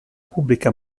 pubblica